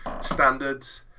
standards